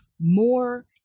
more